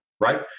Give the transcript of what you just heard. right